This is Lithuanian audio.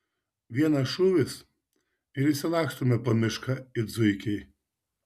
vienas šūvis ir išsilakstome po mišką it zuikiai